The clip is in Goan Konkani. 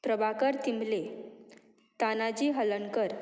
प्रभाकर तिंबले तानाजी हलर्णकर